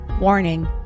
Warning